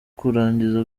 kurangiza